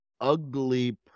ugly